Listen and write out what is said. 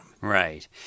Right